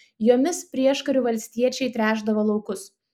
jomis prieškariu valstiečiai tręšdavo laukus